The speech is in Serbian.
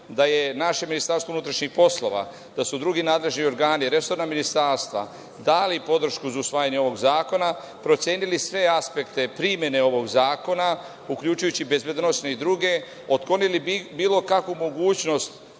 da je naše Ministarstvo unutrašnjih poslova, da su drugi nadležni organi, resorna ministarstva, dali podršku za usvajanje ovog zakona, procenili sve aspekte primene ovog zakona, uključujući bezbednosne i druge, otklonili bilo kakvu mogućnost